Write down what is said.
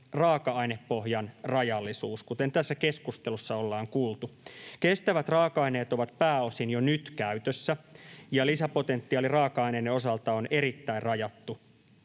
raaka-ainepohjan rajallisuus, kuten tässä keskustelussa ollaan kuultu. Kestävät raaka-aineet ovat pääosin jo nyt käytössä, ja lisäpotentiaali raaka-aineiden osalta on erittäin rajattu.